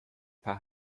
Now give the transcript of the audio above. paar